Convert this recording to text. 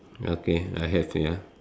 okay I have ya